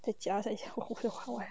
在家才会好玩